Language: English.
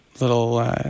little